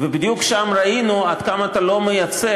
ובדיוק שם ראינו עד כמה אתה לא מייצג,